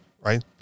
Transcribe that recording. right